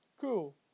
Cool